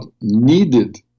needed